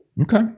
Okay